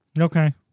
Okay